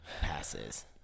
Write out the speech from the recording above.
passes